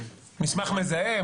מסמך מזהה,